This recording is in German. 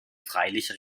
freilich